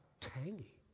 tangy